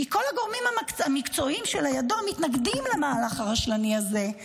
כי כל הגורמים המקצועיים שלידו מתנגדים למהלך הרשלני הזה.